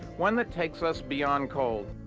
one that takes us beyond coal.